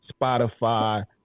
Spotify